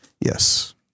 Yes